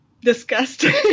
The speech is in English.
disgusting